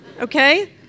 okay